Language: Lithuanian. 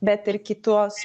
bet ir kitos